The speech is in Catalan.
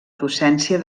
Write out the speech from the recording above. docència